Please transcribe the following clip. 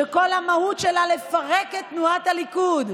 שכל המהות שלה לפרק את תנועת הליכוד,